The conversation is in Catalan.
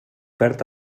perd